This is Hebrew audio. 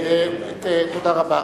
תודה רבה.